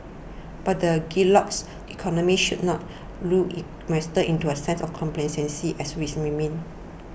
but the Goldilocks economy should not lull investors into a sense of complacency as risks remain